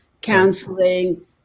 counseling